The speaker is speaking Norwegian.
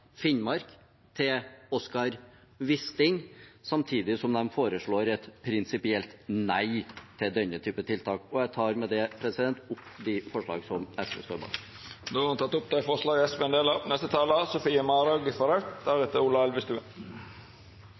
Finnmark til Oscar Wisting, samtidig som de foreslår et prinsipielt nei til denne typen tiltak. Jeg tar med det opp de forslag som SV står bak. Då har representanten Lars Haltbrekken teke opp forslaga som SV er med på. Elektrifisering av